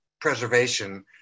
preservation